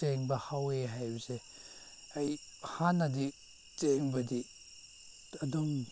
ꯆꯦꯟꯕ ꯍꯧꯋꯦ ꯍꯥꯏꯕꯁꯦ ꯑꯩ ꯍꯥꯟꯅꯗꯤ ꯆꯦꯟꯕꯗꯤ ꯑꯗꯨꯝ